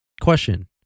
Question